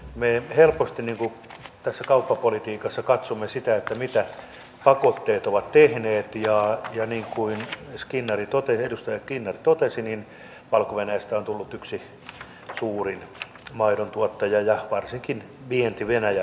me helposti tässä kauppapolitiikassa katsomme sitä mitä pakotteet ovat tehneet ja niin kuin edustaja skinnari totesi valko venäjästä on tullut yksi suurimmista maidontuottajista ja varsinkin vienti venäjälle imee